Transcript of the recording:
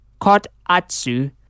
kotatsu